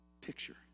picture